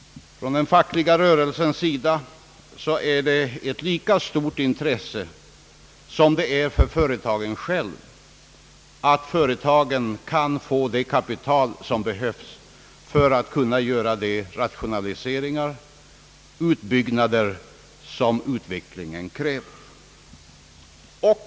Från den fackliga rörelsens sida är det ett lika stort intresse som för företagen själva, att företagen kan få det kapital som behövs för att kunna göra de rationaliseringar och utbyggnader som utvecklingen kräver.